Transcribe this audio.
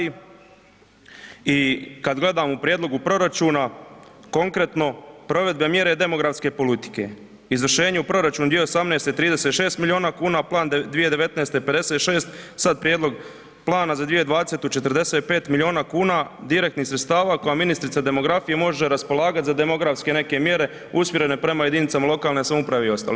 I kada gledamo u prijedlogu proračuna konkretno provedbene mjere demografske politike, izvršenju proračuna 2018. 36 milijuna kuna a plan 2019. 56, sad prijedlog plana za 2020. 45 milijuna kuna direktnih sredstava kojima ministrica demografije može raspolagati za demografske neke mjere usmjerene prema jedinicama lokalne samouprave i ostalo.